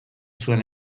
zuen